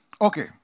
okay